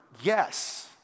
yes